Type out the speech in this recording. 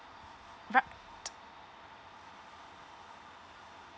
right